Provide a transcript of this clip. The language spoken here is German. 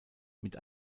mit